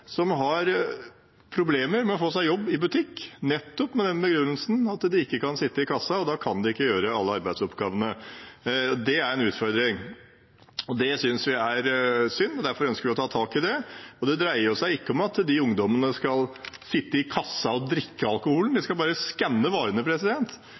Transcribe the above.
som har problemer med å få seg jobb i butikk nettopp med den begrunnelsen at de ikke kan sitte i kassa og da ikke kan gjøre alle arbeidsoppgavene. Det er en utfordring. Det synes vi er synd, og derfor ønsker vi å ta tak i det. Det dreier seg jo ikke om at disse ungdommene skal sitte i kassa og drikke alkoholen, de